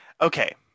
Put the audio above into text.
Okay